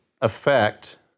effect